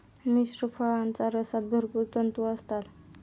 मिश्र फळांच्या रसात भरपूर तंतू असतात